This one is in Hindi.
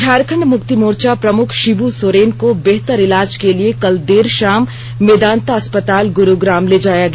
झारखंड मुक्ति मोर्चा प्रमुख शिब् सोरेन को बेहतर इलाज के लिए कल देर शाम मेदांता अस्पताल गुरुग्राम ले जाया गया